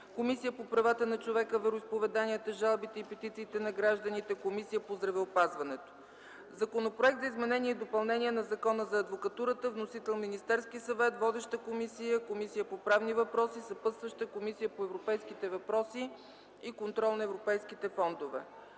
Комисията по правата на човека, вероизповеданията, жалбите и петициите на гражданите и Комисията по здравеопазването; - Законопроект за изменение и допълнение на Закона за адвокатурата. Вносител – Министерският съвет. Водеща – Комисията по правни въпроси. Съпътстваща – Комисията по европейските въпроси и контрол на европейските фондове;